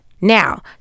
Now